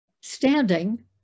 standing